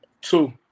Two